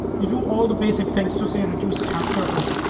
you do all the basic things to say reduce attack surface.